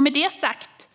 Med detta sagt